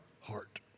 heart